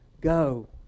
Go